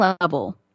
level